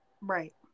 right